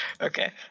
Okay